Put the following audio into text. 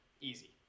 easy